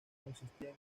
consistían